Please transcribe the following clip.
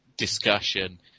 Discussion